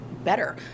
better